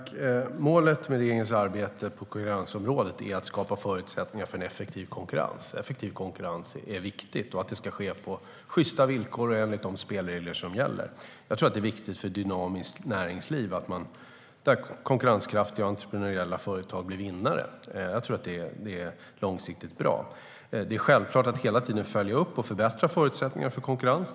Herr talman! Målet med regeringens arbete på konkurrensområdet är att skapa förutsättningar för effektiv konkurrens. Det är viktigt med effektiv konkurrens, och den ska ske på sjysta villkor och i enlighet med de spelregler som gäller. Jag tror att det är viktigt för ett dynamiskt näringsliv att konkurrenskraftiga och entreprenöriella företag blir vinnare. Jag tror att det är långsiktigt bra. Det är självklart att hela tiden följa upp och förbättra förutsättningarna för konkurrens.